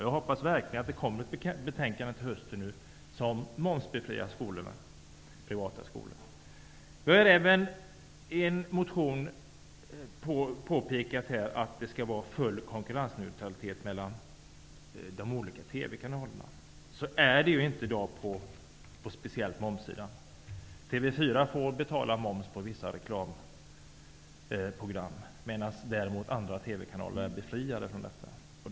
Jag hoppas verkligen att det kommer ett betänkande till hösten om momsbefrielse av de privata skolorna. I en reservation påpekar vi att det skall vara full konkurrensneutralitet mellan de olika TV kanalerna. Så är det inte i dag, speciellt inte på momssidan. TV 4 får betala moms för vissa reklamprogram, medan andra TV-kanaler är befriade från denna moms.